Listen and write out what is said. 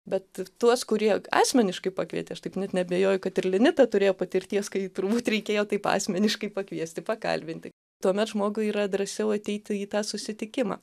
bet tuos kurie asmeniškai pakvietė aš taip net neabejoju kad ir linita turėjo patirties kai turbūt reikėjo taip asmeniškai pakviesti pakalbinti tuomet žmogui yra drąsiau ateiti į tą susitikimą